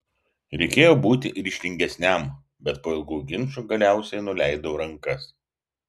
reikėjo būti ryžtingesniam bet po ilgų ginčų galiausiai nuleidau rankas